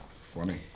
Funny